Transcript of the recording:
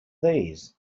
these